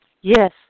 yes